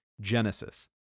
Genesis